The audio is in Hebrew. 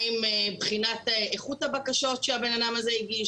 מה עם בחינת איכות הבקשות שהבן אדם הזה הגיש?